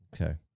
Okay